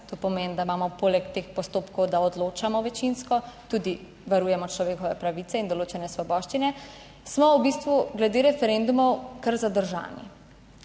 to pomeni, da imamo poleg teh postopkov, da odločamo, večinsko tudi varujemo človekove pravice in določene svoboščine, smo v bistvu glede referendumov kar zadržani,